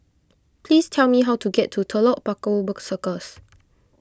please tell me how to get to Telok Paku Circus